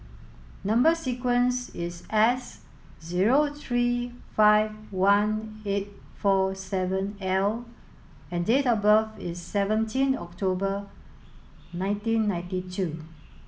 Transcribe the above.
number sequence is S zero three five one eight four seven L and date of birth is seventeen October nineteen ninety two